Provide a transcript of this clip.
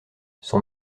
son